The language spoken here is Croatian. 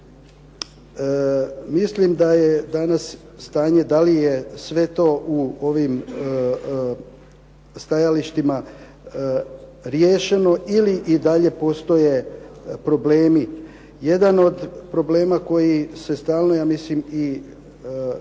Mislim da je danas stanje da li je sve to u ovim stajalištima riješeno ili i dalje postoje problemi. Jedan od problema koji se stalno ja mislim i kreće,